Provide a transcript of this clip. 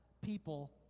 people